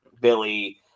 billy